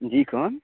جی کون